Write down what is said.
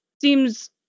seems